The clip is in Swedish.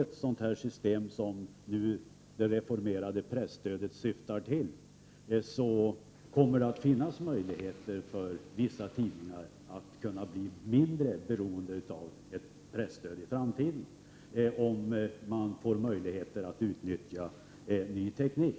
ett sådant system genomförs som det reformerade presstödet syftar till, i framtiden kommer att finnas möjligheter för vissa tidningar att vara mindre beroende av presstöd. Men det måste alltså finnas möjligheter att utnyttja ny teknik.